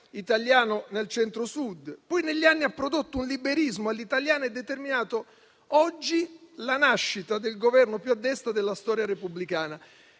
italiano nel Centro-Sud; poi negli anni ha prodotto un liberismo all'italiana e ha determinato oggi la nascita del Governo più a destra della storia repubblicana.